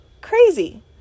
Crazy